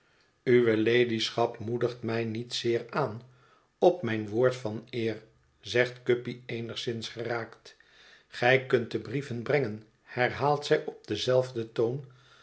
uwe ladyschap moedigt mij niet zeer aan op mijn woord van eer zegt guppy eenigszins geraakt gij kunt de brieven brengen herhaalt zij op denzelfden toon